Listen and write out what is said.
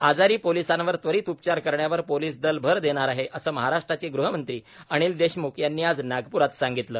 आजारी पोलिसांवर त्वरित उपचार करण्यावर पोलीस दल भर देणार आहे असे महाराष्ट्राचे गृह मंत्री अनिल देशमुख यांनी आज नागपुरात सांगितलं